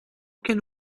can